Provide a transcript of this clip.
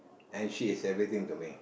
and she is everything to me